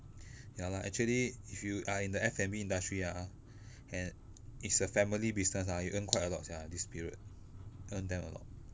ya lah actually if you are in the F&B industry ah and it's a family business ah you earn quite a lot sia this period earn damn a lot